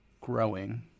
growing